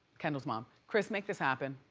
kendall's mom. kris, make this happen.